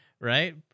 Right